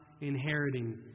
inheriting